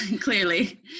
clearly